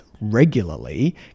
regularly